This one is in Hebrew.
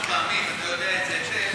אני מאמין שאתה יודע את זה היטב,